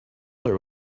there